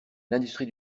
l’industrie